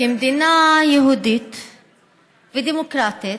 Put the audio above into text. כמדינה יהודית ודמוקרטית,